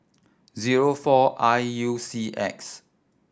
zero four I U C X